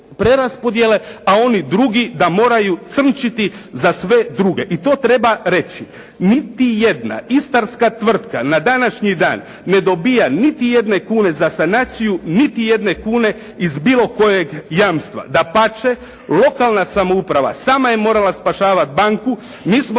a oni drugi da moraju crnčiti za sve druge. I to treba reći. Niti jedna istarska tvrtka na današnji dan ne dobija niti jedne kune za sanaciju, niti jedne kune iz bilo kojeg jamstva. Dapače, lokalna samouprava sama je morala spašavati banku, mi smo